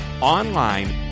online